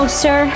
sir